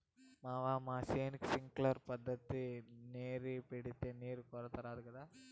మావా మన చేనుకి సింక్లర్ పద్ధతిల నీరెడితే నీటి కొరత రాదు గదా